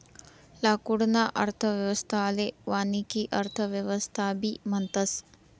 लाकूडना अर्थव्यवस्थाले वानिकी अर्थव्यवस्थाबी म्हणतस